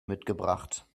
mitgebracht